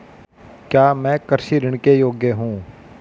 क्या मैं कृषि ऋण के योग्य हूँ?